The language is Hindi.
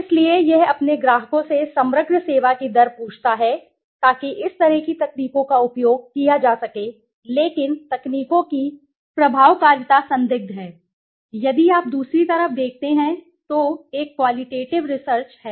इसलिए यह अपने ग्राहकों से समग्र सेवा की दर पूछता है ताकि इस तरह की तकनीकों का उपयोग किया जा सके लेकिन तकनीकों की प्रभावकारिता संदिग्ध है यदि आप दूसरी तरफ देखते हैं तो एक क्वालिटेटिव रिसर्च है